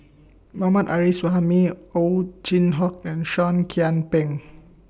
Mohammad Arif Suhaimi Ow Chin Hock and Seah Kian Peng